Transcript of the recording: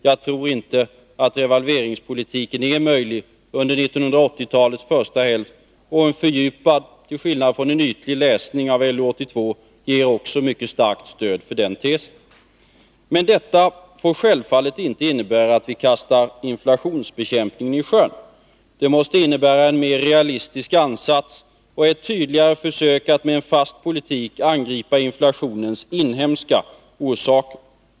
Jag tror inte att revalveringspolitiken är möjlig under 1980-talets första hälft, och en fördjupad till skillnad från en ytlig läsning av LU 82 ger också mycket starkt stöd för den tesen. Men detta får självfallet inte innebära att vi kastar inflationsbekämpningen isjön. Det måste innebära en mer realistisk ansats och ett tydligare försök att med en fast politik angripa inflationens inhemska orsaker.